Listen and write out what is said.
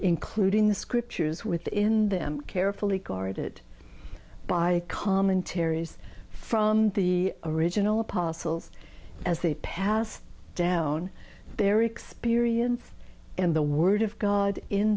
including the scriptures with in them carefully guarded by commentaries from the original apostles as they passed down their experience and the word of god in